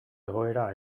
egoera